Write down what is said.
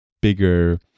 bigger